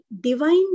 divine